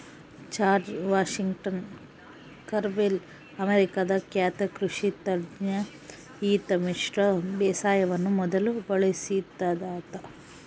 George Washington Carver ಅಮೇರಿಕಾದ ಖ್ಯಾತ ಕೃಷಿ ತಜ್ಞ ಈತ ಮಿಶ್ರ ಬೇಸಾಯವನ್ನು ಮೊದಲು ಬಳಸಿದಾತ